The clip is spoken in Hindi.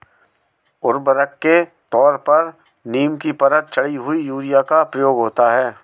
उर्वरक के तौर पर नीम की परत चढ़ी हुई यूरिया का प्रयोग होता है